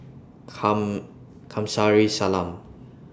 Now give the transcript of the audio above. Kamsari Salam